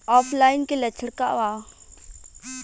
ऑफलाइनके लक्षण क वा?